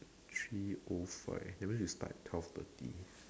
three o five everything is by twelve thirty